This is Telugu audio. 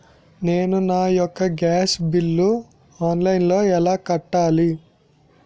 నేను నా యెక్క గ్యాస్ బిల్లు ఆన్లైన్లో ఎలా కట్టాలి?